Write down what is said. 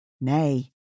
Nay